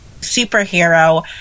superhero